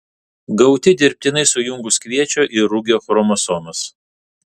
gauti dirbtinai sujungus kviečio ir rugio chromosomas